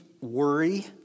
worry